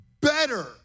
better